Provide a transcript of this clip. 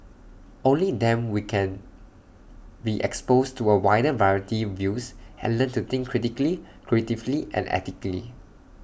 only them we can be exposed to A wider variety views and learn to think critically creatively and ethically